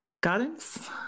Gardens